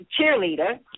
cheerleader